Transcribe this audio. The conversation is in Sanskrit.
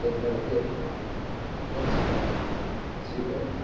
यत् लभते त तत् चित्राणि स्वीकरोमि